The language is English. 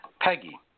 Peggy